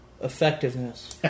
Effectiveness